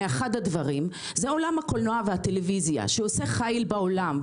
אחד הדברים זה עולם הקולנוע והטלוויזיה שעושה חיל בעולם.